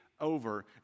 over